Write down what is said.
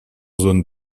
zone